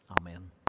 Amen